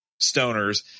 stoners